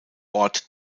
ort